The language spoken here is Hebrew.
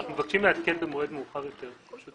אנחנו מבקשים לעדכן במועד מאוחר יותר.